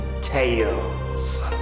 tales